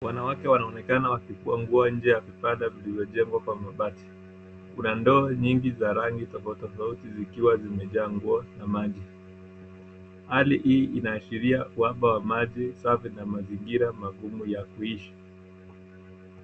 Wanawake wanaonekana wakifua nguo nje ya vibanda vilivyojengwa kwa mabati. Kuna ndoo nyingi za rangi tofauti tofauti zikiwa zimejaa nguo na maji. Hali hii inaashiria uhaba wa maji safi na mazingira magumu ya kuishi.